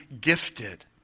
gifted